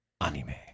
anime